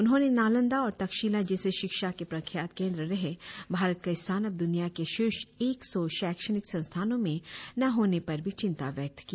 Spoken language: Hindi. उन्होंने नालंदा और तक्षशिला जैसे शिक्षा के प्रख्यात केंद्र रहे भारत का स्थान अब दुनिया के शीर्ष एक सौ शैक्षणिक संस्थानो में ना होने पर भी चिंता व्यक्त की